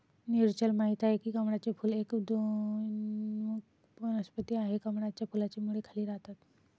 नीरजल माहित आहे की कमळाचे फूल एक उदयोन्मुख वनस्पती आहे, कमळाच्या फुलाची मुळे खाली राहतात